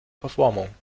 verformung